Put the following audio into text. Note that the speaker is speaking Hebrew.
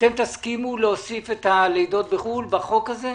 דיבר איתי מאיר שפיגלר אתם תסכימו להוסיף את הלידות בחו"ל בחוק הזה?